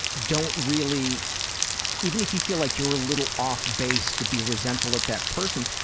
don't really even if you feel like you're a little off base to be resentful of that person,